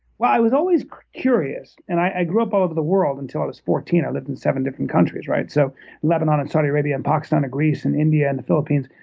well, i was always curious, and i grew up all over the world. until i was fourteen, i lived in seven different countries, right, so lebanon and saudi arabia and pakistan, and greece, and india, and the philippines,